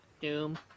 Doom